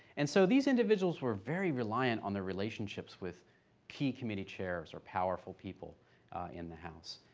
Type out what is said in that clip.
and so these individuals were very reliant on their relationships with key committee chairs or powerful people in the house.